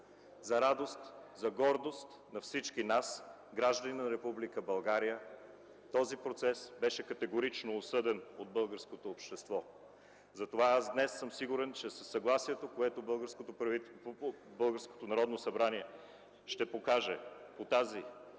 За радост, за гордост на всички нас – граждани на Република България, този процес беше категорично осъден от българското общество. Затова днес съм сигурен, че със съгласието, което българското Народно събрание ще покаже по тази